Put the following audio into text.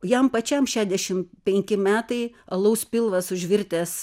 jam pačiam šešiasdešim penki metai alaus pilvas užvirtęs